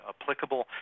applicable